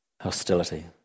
hostility